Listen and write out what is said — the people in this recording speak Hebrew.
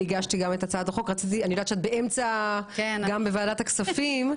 אני יודעת שאת גם בוועדת הכספים.